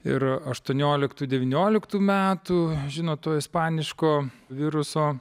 ir aštuonioliktų devynioliktų metų žinot to ispaniško viruso